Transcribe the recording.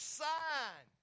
sign